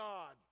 God